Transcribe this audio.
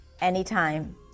anytime